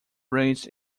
raised